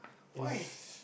why